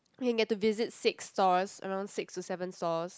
I can get to visit six stores around six to seven stores